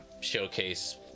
showcase